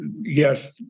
yes